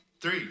three